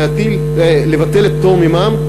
לבטל את הפטור ממע"מ.